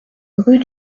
rue